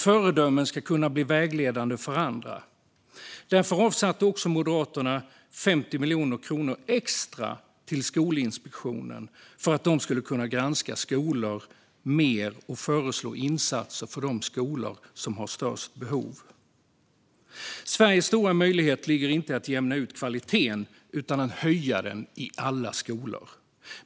Föredömen ska bli vägledande för andra. Därför har Moderaterna avsatt 50 miljoner kronor extra till Skolinspektionen för att man ska granska fler skolor och föreslå insatser för de skolor som har störst behov. Sveriges stora möjlighet ligger inte i att jämna ut kvaliteten utan att höja den i alla skolor.